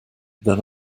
then